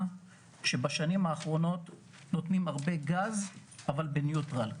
בשנים האחרונות נותנים הרבה גז אבל בניוטרל.